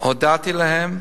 הודעתי להם,